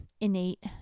innate